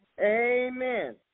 Amen